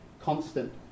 constant